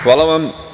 Hvala vam.